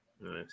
Nice